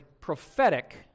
prophetic